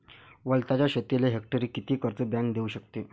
वलताच्या शेतीले हेक्टरी किती कर्ज बँक देऊ शकते?